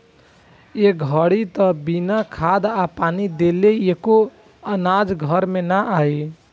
ए घड़ी त बिना खाद आ पानी देले एको अनाज घर में ना आई